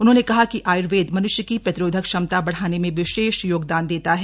उन्होंने कहा कि आयर्वेद मनृष्य की प्रतिरोधक क्षमता बढ़ाने में विशेष योगदान देता है